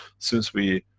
since we.